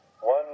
One